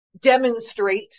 demonstrate